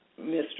Mr